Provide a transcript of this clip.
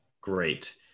great